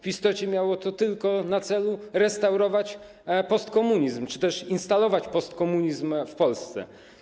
W istocie miało to tylko na celu restaurowanie postkomunizmu czy też instalowanie postkomunizmu w Polsce.